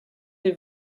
les